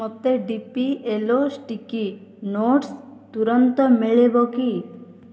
ମୋତେ D P yellow sticky notes ତୁରନ୍ତ ମିଳିବ କି